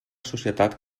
societat